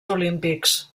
olímpics